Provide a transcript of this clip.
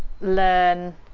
learn